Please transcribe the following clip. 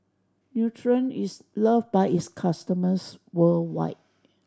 Nutren is loved by its customers worldwide